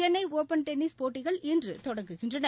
Chennai open tennis போட்டிகள் இன்று தொடங்குகின்றன